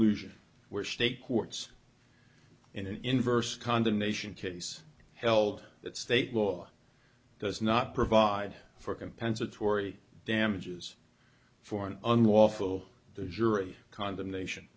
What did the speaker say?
n where state courts in an inverse condemnation case held that state law does not provide for compensatory damages for an unlawful the jury condemnation